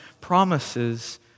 promises